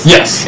Yes